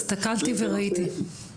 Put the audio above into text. הסתכלתי וראיתי.